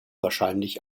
wahrscheinlich